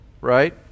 right